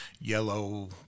yellow